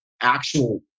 actual